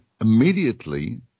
immediately